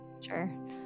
Sure